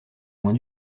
moins